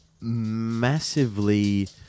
massively